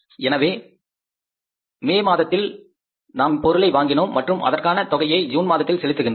எனவே மே மாதத்தில் நாம் பொருளை வாங்கினோம் மற்றும் அதற்கான தொகையை ஜூன் மாதத்தில் செலுத்துகின்றோம்